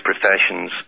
professions